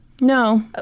No